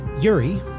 Yuri